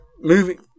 Moving